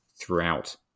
throughout